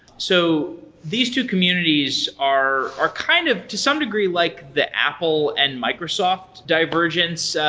so these two communities are are kind of, to some degree, like the apple and microsoft diversions.